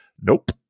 Nope